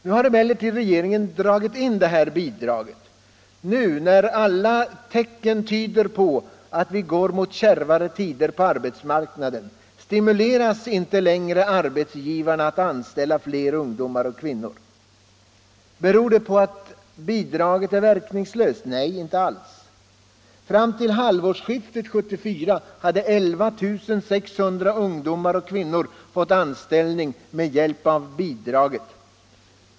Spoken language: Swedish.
Nu har emellertid regeringen dragit in bidraget; nu, när alla tecken tyder på att vi går mot kärvare tider på arbetsmarknaden, stimuleras inte längre arbetsgivaren att anställa ungdomar och kvinnor. Beror det på att bidraget varit verkningslöst? Nej, inte alls. Fram till halvårsskiftet 1974 hade 11 600 ungdomar och kvinnor fått anställning med hjälp av bidraget.